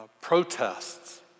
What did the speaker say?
protests